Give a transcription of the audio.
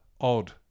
odd